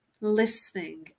listening